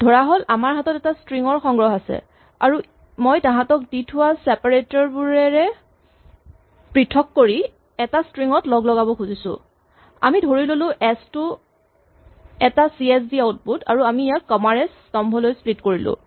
ধৰাহ'ল আমাৰ হাতত এটা স্ট্ৰিং ৰ সংগ্ৰহ আছে আৰু মই তাহাঁতক দি থোৱা চেপাৰেটৰ বোৰেৰেই পৃথক কৰি এটা স্ট্ৰিং ত লগলগাব খুজিছো আমি ধৰি ল'লো এচ টো এটা চি এচ ভি আউটপুট আৰু আমি ইয়াক কমা ৰে স্তম্ভলৈ স্প্লিট কৰিলোঁ